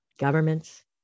Governments